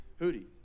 Hootie